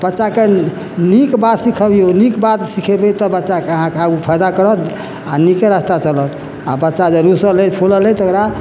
बच्चाके नीक बात सीखबियौ नीक बात सिखेबै तऽ बच्चाके अहाँके आर फायदा करत आ नीके रास्ता चलत आ बच्चा जरूर सऽ फूलत फलत तकरा